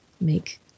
make